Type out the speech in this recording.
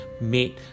made